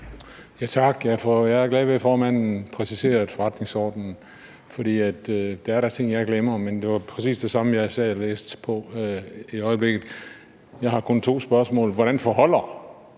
Tak. Jeg er glad ved, at formanden præciserede forretningsordenen, for der er da ting, jeg glemmer, men det var præcis det samme, jeg sad og læste på. Jeg har kun to spørgsmål. Hvordan forholder